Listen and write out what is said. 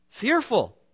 fearful